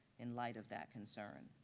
in light of that concern.